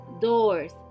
doors